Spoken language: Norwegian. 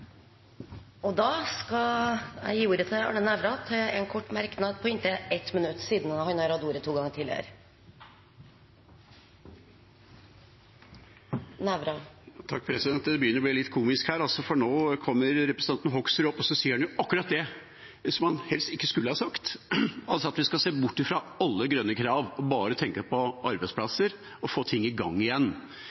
skal framover. Representanten Arne Nævra har hatt ordet to ganger tidligere og får ordet til en kort merknad, avgrenset til 1 minutt. Det begynner å bli litt komisk her, for nå kommer representanten Hoksrud opp og sier akkurat det som han helst ikke skulle ha sagt, altså at vi skal se bort fra alle grønne krav, bare tenke på arbeidsplasser og få ting i gang igjen,